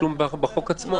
זה גם רשום בחוק עצמו.